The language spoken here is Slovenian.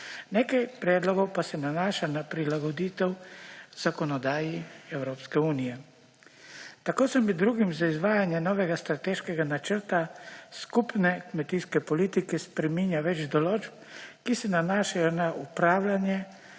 Nekaj predlogov pa se nanaša na prilagoditev zakonodaji Evropske unije. Tako se med drugim za izvajanje novega strateškega načrta skupne kmetijske politike spreminja več določb, ki se nanašajo na upravljanje,